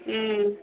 ହୁଁ